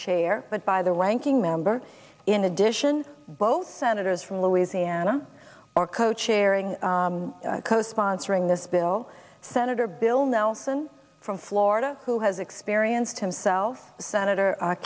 chair but by the ranking member in addition both senators from louisiana are co chairing co sponsoring this bill senator bill nelson from florida who has experienced himself senator